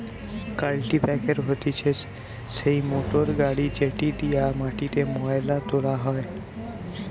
কাল্টিপ্যাকের হতিছে সেই মোটর গাড়ি যেটি দিয়া মাটিতে মোয়লা তোলা হয়